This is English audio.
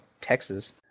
Texas